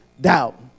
doubt